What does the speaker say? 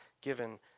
given